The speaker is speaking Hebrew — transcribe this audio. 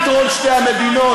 על פתרון שתי המדינות,